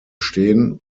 stehen